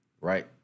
Right